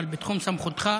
אבל בתחום סמכותך.